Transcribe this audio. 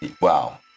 wow